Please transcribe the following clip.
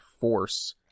force